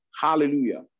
Hallelujah